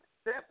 step